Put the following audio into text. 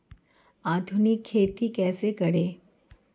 आधुनिक खेती कैसे करें?